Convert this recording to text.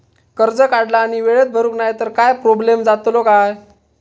कर्ज काढला आणि वेळेत भरुक नाय तर काय प्रोब्लेम जातलो काय?